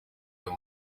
ayo